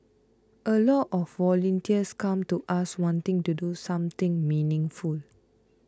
a lot of volunteers come to us wanting to do something meaningful